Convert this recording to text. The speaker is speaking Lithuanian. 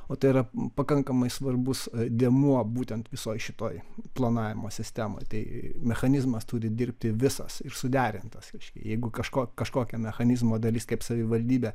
o tai yra pakankamai svarbus dėmuo būtent visoj šitoj planavimo sistemoj tai mechanizmas turi dirbti visas ir suderintas reiškia jeigu kažko kažkokio mechanizmo dalis kaip savivaldybė